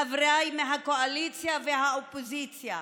חבריי מהקואליציה ומהאופוזיציה,